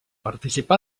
participà